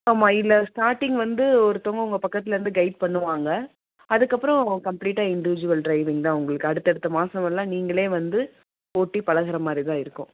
ஆமாம் இதில் ஸ்டார்டிங் வந்து ஒருத்தவங்கள் உங்கள் பக்கத்தில் இருந்து கைட் பண்ணுவாங்கள் அதுக்கப்புறம் கம்ப்ளீட்டாக இன்டிஜுவல் ட்ரைவிங் தான் உங்களுக்கு அடுத்தடுத்த மாதம் எல்லாம் நீங்களே வந்து ஓட்டி பழகுற மாதிரி தான் இருக்கும்